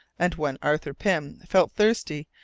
and when arthur pym felt thirsty,